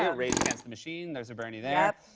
and rage against the machine. there's a bernie there. yep.